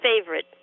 favorite